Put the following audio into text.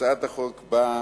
הצעת החוק באה